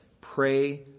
pray